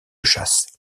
chasse